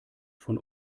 von